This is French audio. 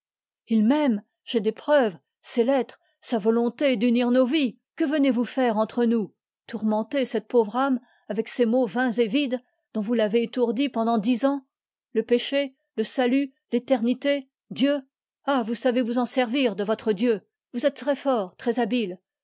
il m'aime j'ai des preuves ses lettres sa volonté d'unir nos vies que venez-vous faire entre nous tourmenter cette pauvre âme avec ces mots vains et vides dont vous l'avez étourdie pendant dix ans le péché le salut l'éternité dieu ah vous savez vous en servir de votre dieu vous êtes très fort très habile